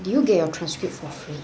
did you get your transcript for free